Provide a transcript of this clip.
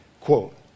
Quote